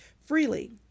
freely